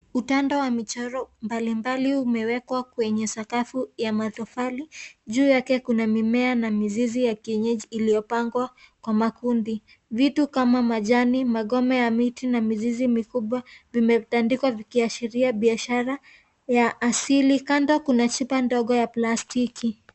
Utanda wa michoro mbali mbali umewekwa kwenye sakafu ya matofali, juu yake kuna mimea na mizizi ya kienyeji iliyopangwa kwa makundi. Vitu kama majani magome ya miti na mizizi mikubwa, vimetandikwa vikiashiria biashara ya asili. Kando kina chupa ndogo ya plastiki.